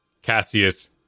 Cassius